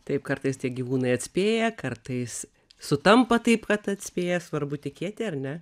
taip kartais tie gyvūnai atspėja kartais sutampa taip kad atspėja svarbu tikėti ar ne